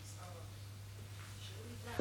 כשהוא ידע, אנחנו נדע.